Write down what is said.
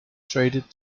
traded